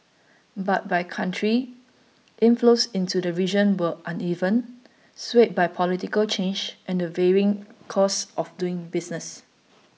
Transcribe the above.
but by country inflows into the region were uneven swayed by political change and the varying costs of doing business